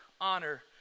honor